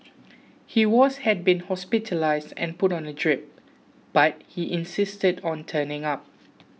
he was had been hospitalised and put on a drip but he insisted on turning up